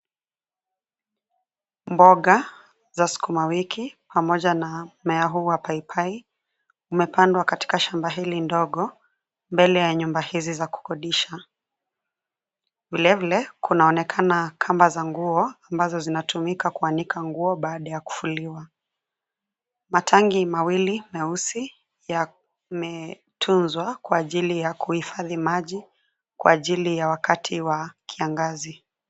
Mboga za sukuma wiki pamoja na mmea huu wa paipai, umepandwa katika shamba hili ndogo, mbele ya nyumba hizi za kukodisha. Vile vile kunaonekana kamba za nguo ambazo zinatumika kuanika nguo baada ya kufuliwa. Matangi mawili meusi yametunzwa kwa ajili ya kuhifadhi maji, kwa ajili ya wakati wa kiangazi.